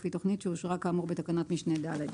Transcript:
לפי תכנית שאושרה כאמור בתקנת משנה (ד).